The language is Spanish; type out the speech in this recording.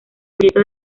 folleto